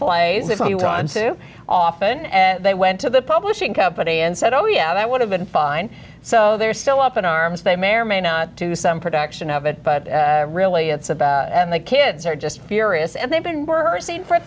times too often they went to the publishing company and said oh yeah that would have been fine so they're still up in arms they may or may not do some production of it but really it's about and the kids are just furious and they've been worse for